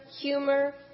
humor